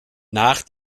nach